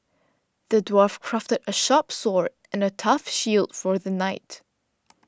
the dwarf crafted a sharp sword and a tough shield for the knight